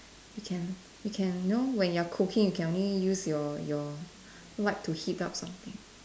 you can you can you know when you're cooking you can only use your your light to heat up something